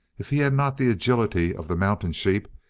if he had not the agility of the mountain sheep,